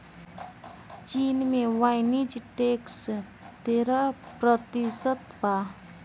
चीन में वाणिज्य टैक्स तेरह प्रतिशत बा